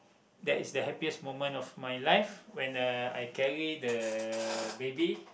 that is the happiest moment of my life when uh I carry the baby